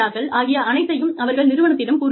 ஆகிய அனைத்தையும் அவர்கள் நிறுவனத்திடம் கூறுகிறார்கள்